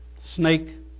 snake